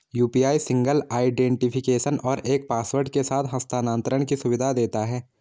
UPI single identification और एक password के साथ हस्थानांतरण की सुविधा देता है